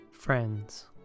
Friends